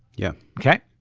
yeah. ok.